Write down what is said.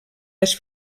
les